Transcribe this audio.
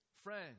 friends